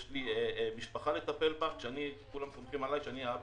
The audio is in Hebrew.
יש לי משפחה לטפל בה וכולם סומכים עליי שאני האבא.